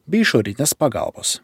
be išorinės pagalbos